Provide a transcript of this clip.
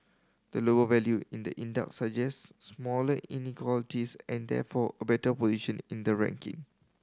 a lower value in the index suggests smaller inequalities and therefore a better position in the ranking